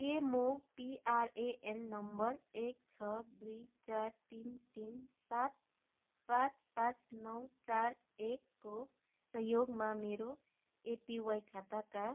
के म PRAN number एक छ दुई चार तिन तिन सात पाँच पाँच नौ चार एकको सहयोगमा मेरो एपिवाई खाताका